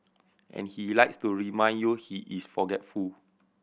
and he likes to remind you he is forgetful